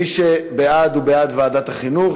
מי שבעד, הוא בעד ועדת החינוך.